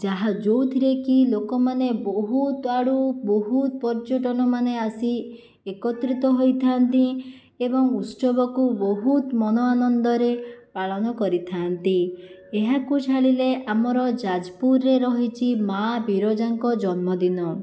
ଯାହା ଯେଉଁଥିରେ କି ଲୋକମାନେ ବହୁତ ଆଡ଼ୁ ବହୁତ ପର୍ଯ୍ୟଟନ ମାନେ ଆସି ଏକତ୍ରିତ ହୋଇଥାନ୍ତି ଏବଂ ଉତ୍ସବକୁ ବହୁତ ମନ ଆନନ୍ଦରେ ପାଳନ କରିଥାନ୍ତି ଏହାକୁ ଛାଡ଼ିଲେ ଆମର ଯାଜପୁରରେ ରହିଛି ମାଁ ବିରାଜାଙ୍କ ଜନ୍ମଦିନ